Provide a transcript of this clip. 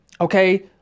Okay